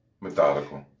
methodical